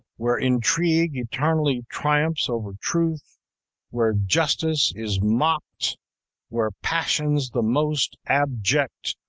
where intrigue eternally triumphs over truth where justice is mocked where passions the most abject,